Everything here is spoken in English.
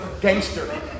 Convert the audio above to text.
gangster